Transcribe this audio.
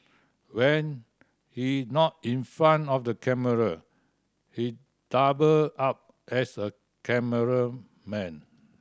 when he not in front of the camera he double up as a cameraman